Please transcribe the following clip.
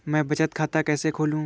मैं बचत खाता कैसे खोलूं?